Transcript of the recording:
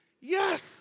Yes